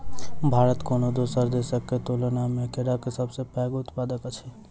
भारत कोनो दोसर देसक तुलना मे केराक सबसे पैघ उत्पादक अछि